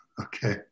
Okay